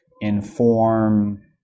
inform